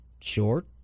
short